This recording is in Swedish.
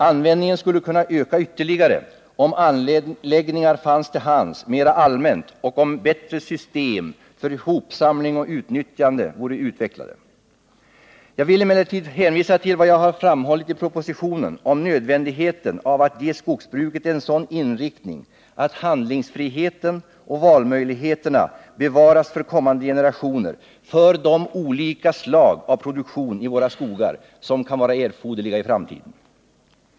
Användningen skulle kunna öka ytterligare om anläggningar fanns till hands mera allmänt och om bättre system för hopsamling och utnyttjande vore utvecklade. Jag vill emellertid hänvisa till vad jag har framhållit i propositionen om nödvändigheten av att ge skogsbruket en sådan inriktning att handlingsfriheten och valmöjligheterna bevaras för kommande generationer för de olika slag av produktion i våra skogar som kan erfordras i framtiden.